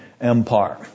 Empire